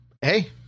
hey